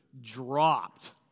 dropped